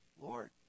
Lord